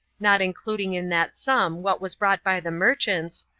not including in that sum what was brought by the merchants,